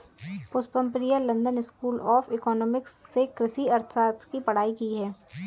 Pushpam Priya London school of economics से कृषि अर्थशास्त्र की पढ़ाई की है